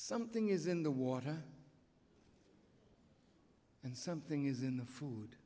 something is in the water and something is in the food